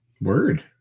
word